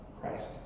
Christ